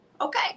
Okay